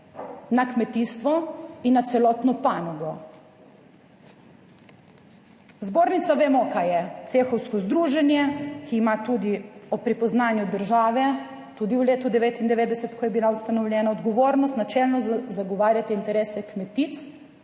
na kmetijstvo in na celotno panogo. Zbornica, vemo, kaj je cehovsko združenje, ki ima tudi ob prepoznanju države tudi v letu 1999, ko je bila ustanovljena odgovornost, načelno zagovarjat interese kmetic